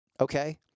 Okay